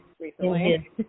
recently